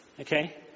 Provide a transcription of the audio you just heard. Okay